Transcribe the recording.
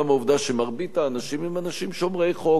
מהעובדה שמרבית האנשים הם אנשים שומרי חוק.